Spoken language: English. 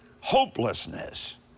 hopelessness